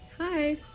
Hi